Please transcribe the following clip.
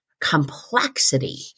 complexity